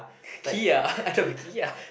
kia kia